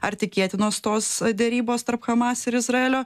ar tikėtinos tos derybos tarp hamas ir izraelio